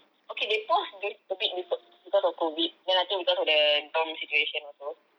okay they pause be a bit because of COVID then I think because of the dorm situation also